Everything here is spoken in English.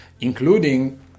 including